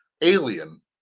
alien